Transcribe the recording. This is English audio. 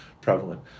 prevalent